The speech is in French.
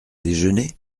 déjeuner